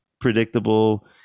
predictable